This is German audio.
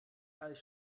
als